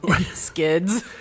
Skids